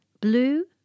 blue